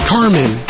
Carmen